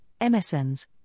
MSNs